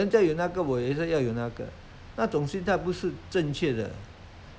每一种东西都拿来比较有些东西他们觉得还是不应该